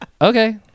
okay